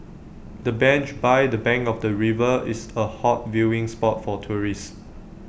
the bench by the bank of the river is A hot viewing spot for tourists